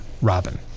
Robin